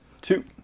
two